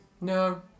No